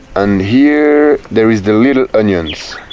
and here, there is the little onions.